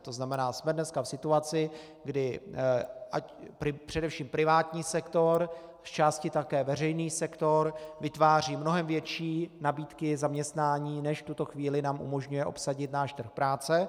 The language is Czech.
To znamená, jsme dneska v situaci, kdy ať především privátní sektor, zčásti také veřejný sektor vytváří mnohem větší nabídku zaměstnání, než v tuto chvíli nám umožňuje obsadit náš trh práce.